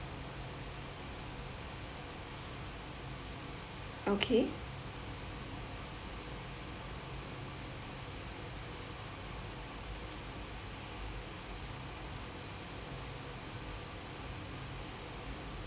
okay